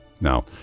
Now